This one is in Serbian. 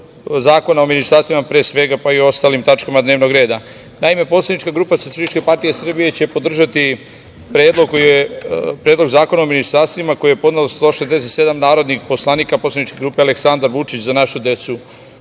zakona o ministarstvima, pre svega, pa i o ostalim tačkama dnevnog reda. Naime, poslanička grupa SPS će podržati Predlog zakona o ministarstvima koji je podnelo 167 narodnih poslanika poslaničke grupe Aleksandar Vučić – Za našu decu. Ovo